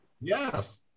Yes